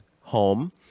home